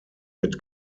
mit